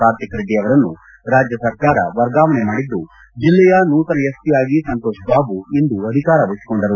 ಕಾರ್ಟಿಕ್ ರೆಡ್ಡಿ ಅವರನ್ನು ರಾಜ್ಯ ಸರ್ಕಾರ ವರ್ಗಾವಣೆ ಮಾಡಿದ್ದು ಜಿಲ್ಲೆಯ ನೂತನ ಎಸ್ಪಿಯಾಗಿ ಸಂತೋಷ್ ಬಾಬು ಇಂದು ಅಧಿಕಾರ ವಹಿಸಿಕೊಂಡರು